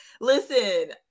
Listen